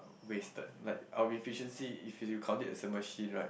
wasted like our efficiency if you count it as a machine right